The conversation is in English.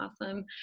awesome